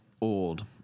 old